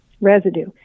residue